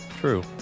True